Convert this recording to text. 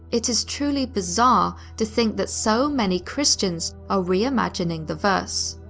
it is truly bizarre to think that so many christians are reimagining the verse.